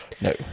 No